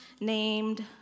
named